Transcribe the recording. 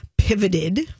pivoted